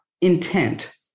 intent